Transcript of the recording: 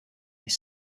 this